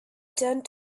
turned